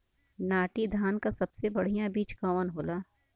नाटी धान क सबसे बढ़िया बीज कवन होला?